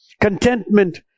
Contentment